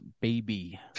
baby